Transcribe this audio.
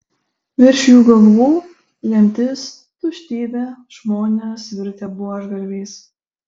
virš jų galvų lemtis tuštybė žmonės virtę buožgalviais